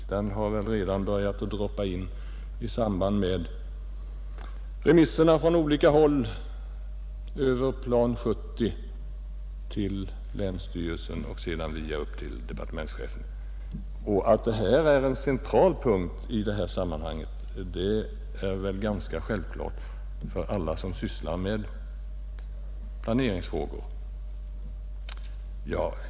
Sådan kritik har redan börjat droppa in i samband med remissutlåtandena från olika håll över Plan 70 till länsstyrelserna för att sedan gå vidare upp till departementschefen. Att detta är en central punkt i detta sammanhang är ganska självklart för alla som sysslar med planeringsfrågor.